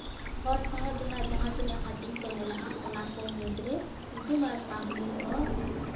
ᱦᱚᱲ ᱥᱟᱶᱦᱮᱫ ᱨᱮᱱᱟᱜ ᱡᱟᱸᱦᱟ ᱛᱤᱱᱟᱹᱜ ᱦᱟᱹᱴᱤᱧ ᱠᱚ ᱢᱮᱱᱟᱜᱼᱟ ᱚᱱᱟ ᱠᱚ ᱢᱩᱫᱽ ᱨᱮ ᱠᱩᱫᱩᱢ ᱟᱨ ᱠᱟᱹᱦᱱᱤ ᱦᱚᱸ